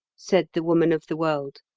said the woman of the world.